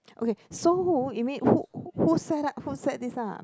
okay so you mean who who set up who set this up